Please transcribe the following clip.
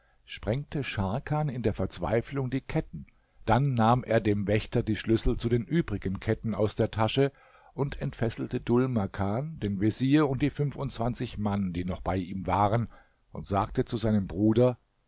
sprengte scharkan in der verzweiflung die ketten dann nahm er dem wächter die schlüssel zu den übrigen ketten aus der tasche und entfesselte dhul makan den vezier und die fünfundzwanzig mann die noch bei ihm waren und sagte zu seinem bruder